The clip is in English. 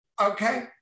Okay